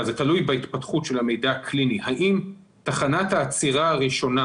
המידע הקליני, האם תחנת העצירה הראשונה